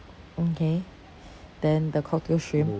okay then the cocktail shrimp